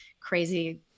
crazy